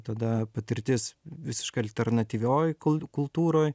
tada patirtis visiškai alternatyvioj kol kultūroj